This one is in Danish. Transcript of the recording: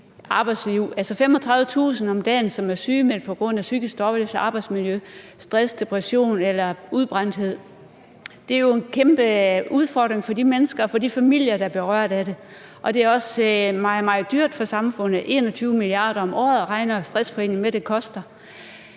dagen, som er sygemeldt på grund af psykisk dårligt arbejdsmiljø, stress, depression eller udbrændthed. Det er jo en kæmpe udfordring for de mennesker og for de familier, der er berørt af det, og det er også meget, meget dyrt for samfundet. 21 mia. kr. om året regner Stressforeningen med at det koster.